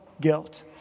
guilt